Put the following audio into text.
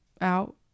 out